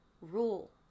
rule